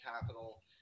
capital